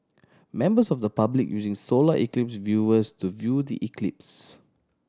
members of the public using solar eclipse viewers to view the eclipse